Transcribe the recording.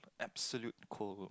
absolute cold